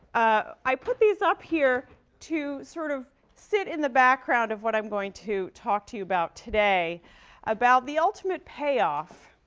ah i put these up here to sort of sit in the background of what i'm going to talk to you about today about the ultimate payoff